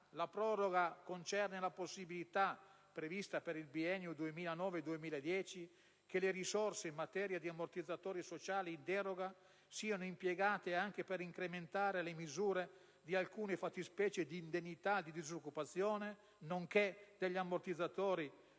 La proroga concerne la possibilità, prevista per il biennio 2009-2010, che le risorse in materia di ammortizzatori sociali in deroga siano impiegate anche per incrementare le misure di alcune fattispecie di indennità di disoccupazione, nonché degli ammortizzatori